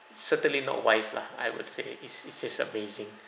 certainly not wise lah I would say it's it's just amazing